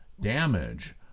damage